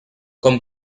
com